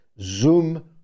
Zoom